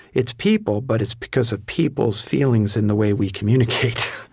it's people, but it's because of people's feelings and the way we communicate.